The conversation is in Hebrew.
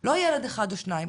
לא ילד אחד או שניים,